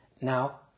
Now